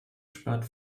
spart